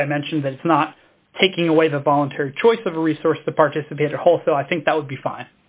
what i mentioned that's not taking away the voluntary choice of a resource the participate whole so i think that would be fine